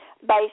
based